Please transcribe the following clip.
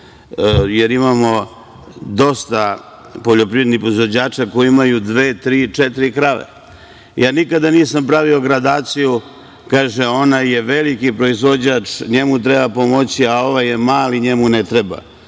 jer imamo dosta poljoprivrednih proizvođača koji imaju dve, tri četiri krave. Nikada nisam pravio gradaciju - onaj je veliki proizvođač, njemu treba pomoći, a onaj je mali, njemu ne treba.